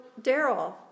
Daryl